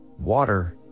water